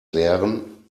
leeren